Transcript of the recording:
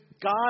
God